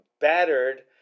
battered